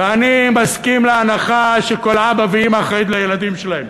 ואני מסכים להנחה שכל אבא ואימא אחראים לילדים שלהם,